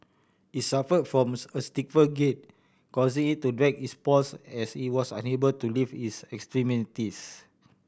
it's suffer from a stiffer gait causing it to drag its paws as it was unable to lift its extremities